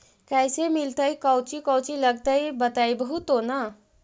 कैसे मिलतय कौची कौची लगतय बतैबहू तो न?